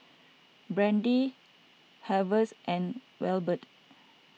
Brady Harves and Wilbert